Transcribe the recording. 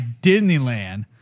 Disneyland